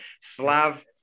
Slav